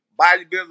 bodybuilding